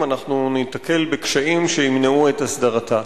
אנחנו ניתקל בקשיים שימנעו את הסדרתה.